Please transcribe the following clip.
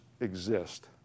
exist